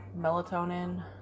melatonin